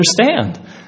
understand